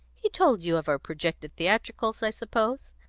he told you of our projected theatricals, i suppose?